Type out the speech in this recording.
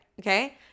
okay